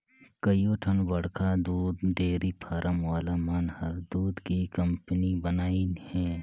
कयोठन बड़खा दूद डेयरी फारम वाला मन हर दूद के कंपनी बनाईंन हें